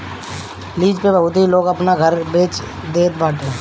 lease पे बहुत लोग अपना घर के बेच देता